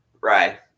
right